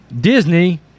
Disney